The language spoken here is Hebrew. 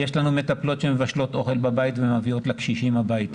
יש לנו מטפלות שמבשלות אוכל בבית ומביאות לקשישים הביתה,